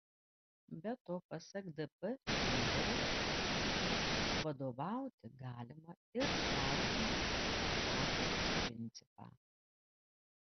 be to pasak dp lyderio vadovauti galima ir taikant rotacijos principą